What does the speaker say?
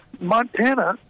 Montana